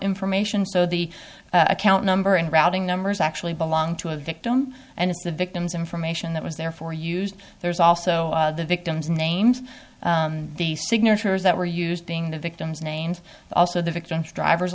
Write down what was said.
information so the account number and routing numbers actually belonged to a victim and it's the victim's information that was there for use there's also the victim's names the signatures that were used being the victim's names also the victim's driver's